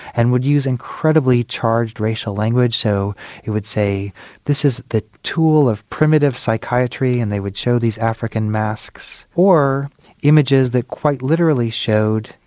and would use incredibly charged racial language so it would say this is the tool of primitive psychiatry and they would show these african masks or images that quite literally showed,